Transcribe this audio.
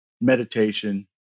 meditation